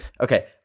okay